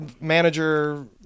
Manager